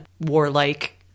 warlike